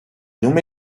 llum